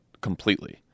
completely